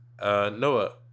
Noah